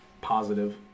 positive